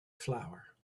flower